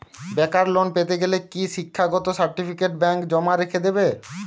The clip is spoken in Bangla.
বেকার লোন পেতে গেলে কি শিক্ষাগত সার্টিফিকেট ব্যাঙ্ক জমা রেখে দেবে?